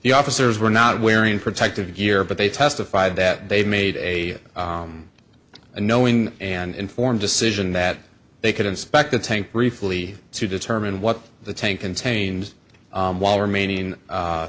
the officers were not wearing protective gear but they testified that they made a knowing and informed decision that they could inspect the tank briefly to determine what the tank contained while remaining